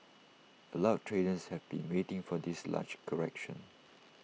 A lot of traders have been waiting for this large correction